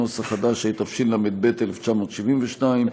התשל"ב 1972,